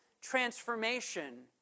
transformation